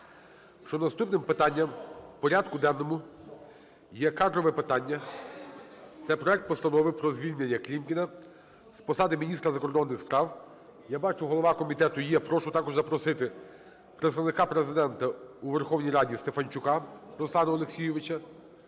що наступним питанням в порядку денному є кадрове питання – це проект Постанови про звільнення Клімкіна з посади Міністра закордонних справ України. Я бачу, голова комітету є, прошу також запросити Представника Президента у Верховній Раді Стефанчука Руслана Олексійовича.